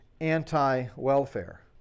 anti-welfare